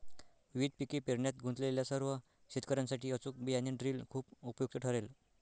विविध पिके पेरण्यात गुंतलेल्या सर्व शेतकर्यांसाठी अचूक बियाणे ड्रिल खूप उपयुक्त ठरेल